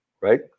Right